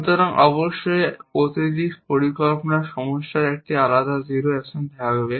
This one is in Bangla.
সুতরাং অবশ্যই প্রতিটি পরিকল্পনার সমস্যার একটি আলাদা 0 অ্যাকশন থাকবে